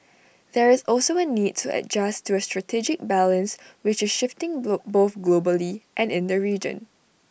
there is also A need to adjust to A strategic balance which is shifting both globally and in the region